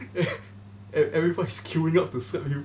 everyone is qeueing up to slap you